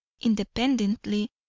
independently